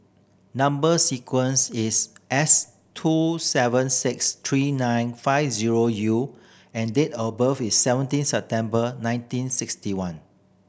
number sequence is S two seven six three nine five zero U and date of birth is seventeen September nineteen sixty one